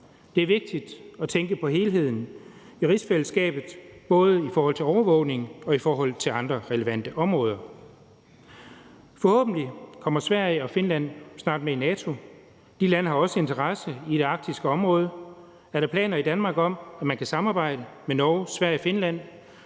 Det er vigtigt at tænke på helheden i rigsfællesskabet, både i forhold til overvågning og i forhold til andre relevante områder. Forhåbentlig kommer Sverige og Finland snart med i NATO. De lande har også interesse i det arktiske område. Er der i Danmark planer om, at man kan samarbejde med Norge, Sverige og Finland